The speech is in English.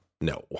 No